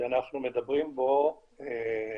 שאנחנו מדברים בו לא